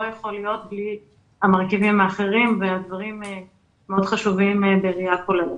יכול להיות בלי המרכיבים האחרים והדברים מאוד חשובים בראייה כוללת.